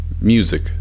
music